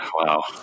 Wow